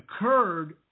occurred